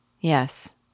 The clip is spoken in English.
Yes